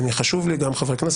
שבה נוצר מכתש